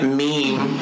meme